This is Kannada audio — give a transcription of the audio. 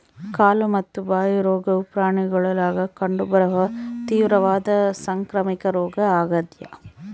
ಕಾಲು ಮತ್ತು ಬಾಯಿ ರೋಗವು ಪ್ರಾಣಿಗುಳಾಗ ಕಂಡು ಬರುವ ತೀವ್ರವಾದ ಸಾಂಕ್ರಾಮಿಕ ರೋಗ ಆಗ್ಯಾದ